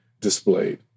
displayed